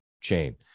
chain